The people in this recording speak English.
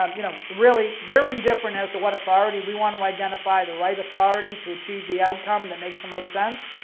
um you know really, we're indifferent as to what authority, we want to identify the right authority to achieve the outcome that makes the most sense.